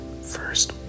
first